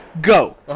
go